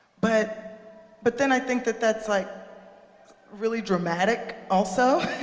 but but then i think that that's like really dramatic, also,